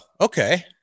okay